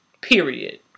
Period